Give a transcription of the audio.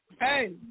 Hey